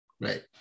Right